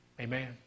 Amen